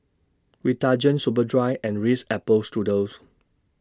Vitagen Superdry and Ritz Apple Strudels